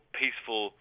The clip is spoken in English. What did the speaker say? peaceful